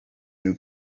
new